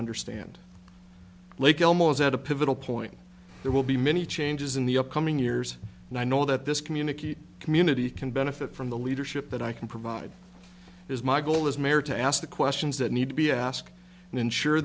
understand like elmo is at a pivotal point there will be many changes in the upcoming years and i know that this communicate community can benefit from the leadership that i can provide is my goal as mayor to ask the questions that need to be asked and ensure